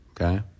okay